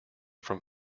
from